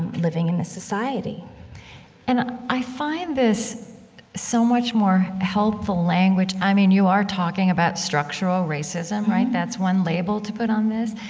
living in this society and i find this so much more helpful language. i mean, you are talking about structural racism, mm-hmm right? that's one label to put on this.